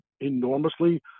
enormously